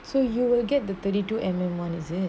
so you will get the thirty two mm one is it